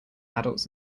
adults